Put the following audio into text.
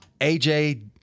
AJ